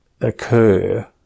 occur